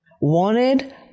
Wanted